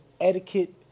etiquette